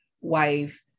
wife